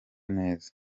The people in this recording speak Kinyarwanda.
neza